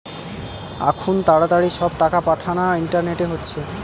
আখুন তাড়াতাড়ি সব টাকা পাঠানা ইন্টারনেটে হচ্ছে